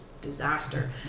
disaster